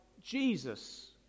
Jesus